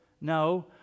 No